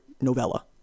novella